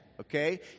okay